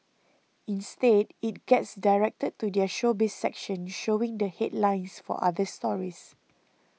instead it gets directed to their Showbiz section showing the headlines for other stories